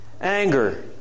anger